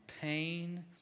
pain